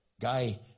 guy